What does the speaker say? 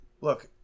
look